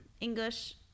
English